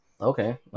okay